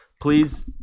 please